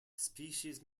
species